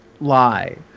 lie